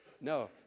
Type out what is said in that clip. no